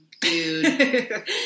dude